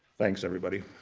thanks, everybody.